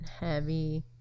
heavy